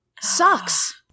sucks